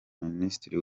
minisitiri